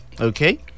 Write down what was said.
okay